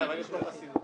הבקשה של סמוטריץ.